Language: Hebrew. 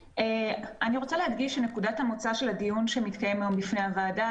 אני רוצה להדגיש שנקודת המוצא של הדיון שמתקיים היום בפני הוועדה